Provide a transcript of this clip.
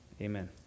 Amen